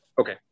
Okay